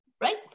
Right